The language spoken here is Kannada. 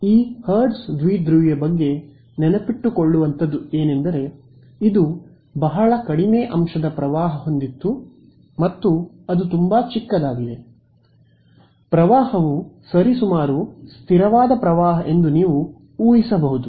ಈ ಹರ್ಟ್ಜ್ ದ್ವಿಧ್ರುವಿಯ ಬಗ್ಗೆ ನೆನಪಿಟ್ಟುಕೊಳ್ಳುವಂತದ್ದು ಏನೆಂದರೆ ಇದು ಬಹಳ ಕಡಿಮೆ ಅಂಶದ ಪ್ರವಾಹ ಹೊಂದಿತ್ತು ಮತ್ತು ಅದು ತುಂಬಾ ಚಿಕ್ಕದಾಗಿದೆ ಪ್ರವಾಹವು ಸರಿಸುಮಾರು ಸ್ಥಿರವಾದ ಪ್ರವಾಹ ಎಂದು ನೀವು ಊಹಿಸಬಹುದು